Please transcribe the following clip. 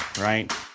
right